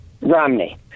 Romney